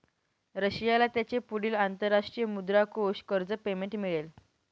रशियाला त्याचे पुढील अंतरराष्ट्रीय मुद्रा कोष कर्ज पेमेंट मिळेल